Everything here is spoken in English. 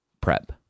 prep